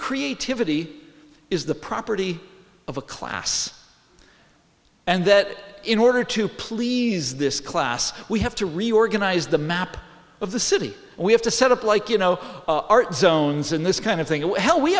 creativity is the property of a class and that in order to please this class we have to reorganize the map of the city we have to set up like you know art zones and this kind of thing